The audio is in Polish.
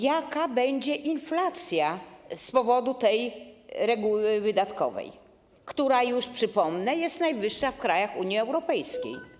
Jaka będzie inflacja z powodu tej reguły wydatkowej, która już - przypomnę - jest najwyższa w krajach Unii Europejskiej?